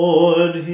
Lord